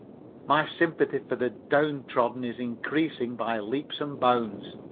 my sympathy for the downtrodden is increasing by leaps and bounds.